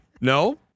No